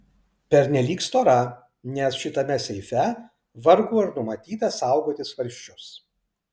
pernelyg stora nes šitame seife vargu ar numatyta saugoti svarsčius